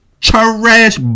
trash